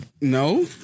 No